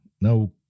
no